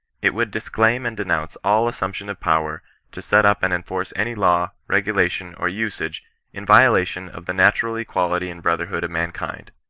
it would disclaim and denounce all assump tion of power to set up and enforce any law, regulation, or usage in violation of the natural equality and brother hood of mankind.